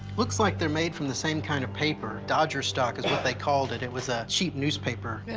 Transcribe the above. looks like they're made from the same kind of paper. dodger stock is what they called it. it was a cheap newspaper. and